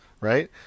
right